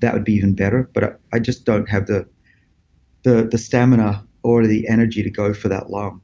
that would be even better but ah i just don't have the the stamina or the energy to go for that long